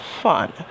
fun